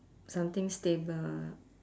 something stable ah